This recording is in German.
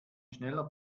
schneller